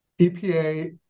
epa